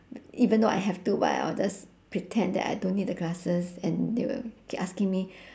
even though I have to but I will just pretend that I don't need the glasses and they will keep asking me